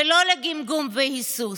ולא לגמגום והיסוס.